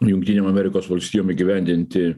jungtinėm amerikos valstijom įgyvendinti